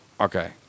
Okay